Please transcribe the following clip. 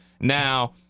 Now